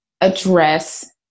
address